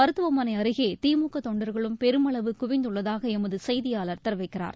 மருத்துவமனை அருகே திமுக தொண்டர்களும் பெருமளவு குவிந்துள்ளதாக எமது செய்தியாளர் தெரிவிக்கிறார்